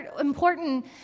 important